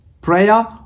prayer